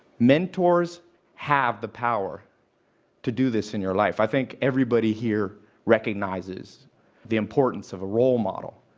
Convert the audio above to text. mentors have the power to do this in your life. i think everybody here recognizes the importance of a role model.